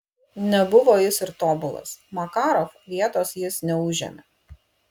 nebuvo jis ir tobulas makarov vietos jis neužėmė